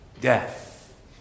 death